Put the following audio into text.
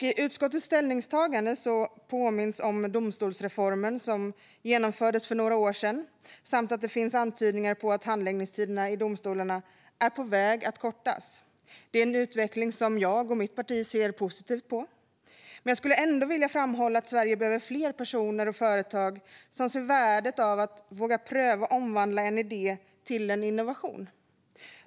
I utskottets ställningstagande påminns det om domstolsreformen, som genomfördes för några år sedan. Och det finns antydningar om att handläggningstiderna i domstolarna är på väg att kortas. Det är en utveckling som jag och mitt parti ser positivt på. Men jag skulle ändå vilja framhålla att Sverige behöver fler personer och företag som ser värdet av att våga pröva att omvandla en idé till en innovation.